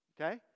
Okay